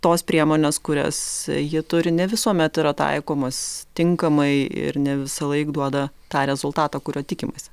tos priemonės kurias jie turi ne visuomet yra taikomos tinkamai ir ne visąlaik duoda tą rezultatą kurio tikimasi